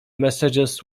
messages